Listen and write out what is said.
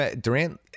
Durant